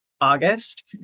August